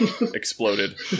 exploded